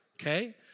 okay